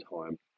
time